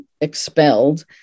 expelled